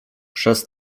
przez